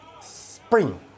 spring